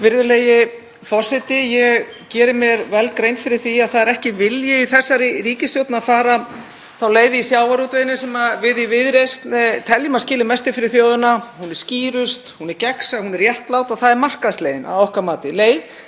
Virðulegi forseti. Ég geri mér vel grein fyrir því að það er ekki vilji hjá þessari ríkisstjórn að fara þá leið í sjávarútveginum sem við í Viðreisn teljum að skili mestu fyrir þjóðina. Hún er skýrust, hún er gegnsæ, hún er réttlát og það er markaðsleiðin, að okkar mati